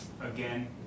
again